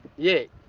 yet.